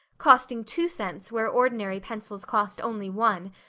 costing two cents where ordinary pencils cost only one,